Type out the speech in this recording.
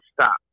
stop